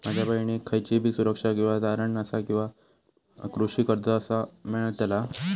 माझ्या बहिणीक खयचीबी सुरक्षा किंवा तारण नसा तिका कृषी कर्ज कसा मेळतल?